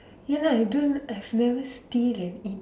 ya lah I don't I have never steal and eat